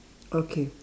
okay